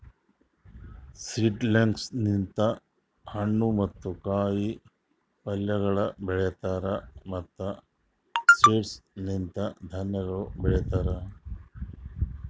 seedlings ಲಿಂತ್ ಹಣ್ಣು ಮತ್ತ ಕಾಯಿ ಪಲ್ಯಗೊಳ್ ಬೆಳೀತಾರ್ ಮತ್ತ್ ಸೀಡ್ಸ್ ಲಿಂತ್ ಧಾನ್ಯಗೊಳ್ ಬೆಳಿತಾರ್